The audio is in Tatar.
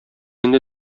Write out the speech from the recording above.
инде